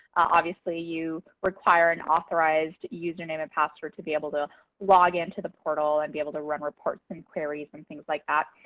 obviously you require an authorized username and password to be able to login to the portal and be able to run reports and queries and things like that.